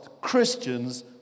Christians